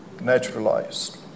naturalized